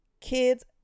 kids